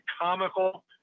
comical